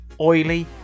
oily